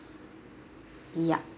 yup